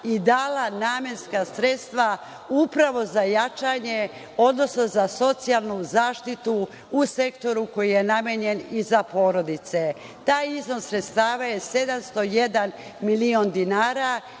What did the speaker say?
i dala namenska sredstva upravo za jačanje, odnosno za socijalnu zaštitu u sektoru koji je namenjen i za porodice. Taj iznos sredstava je 701 milion dinara